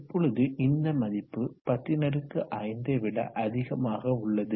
இப்பொழுது இந்த மதிப்பு 105 விட அதிகமாக உள்ளது